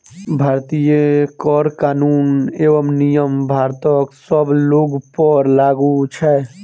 भारतीय कर कानून एवं नियम भारतक सब लोकपर लागू छै